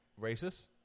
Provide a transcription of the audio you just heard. Racists